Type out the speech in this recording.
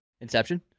Inception